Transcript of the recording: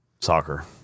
Soccer